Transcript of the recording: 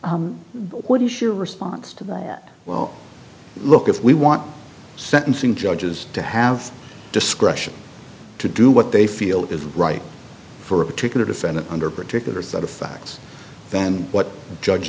what is your response to that well look if we want sentencing judges to have discretion to do what they feel is right for a particular defendant under particular set of facts then what the judge